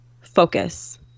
focus